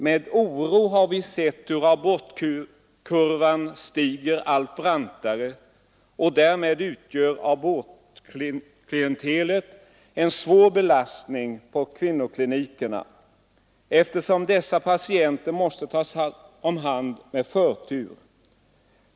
”Med oro har vi sett hur abortkurvan stiger allt brantare och därmed utgör abortklientelet en svår belastning på kvinnoklinikerna, eftersom dessa patienter måste tas omhand med förtur.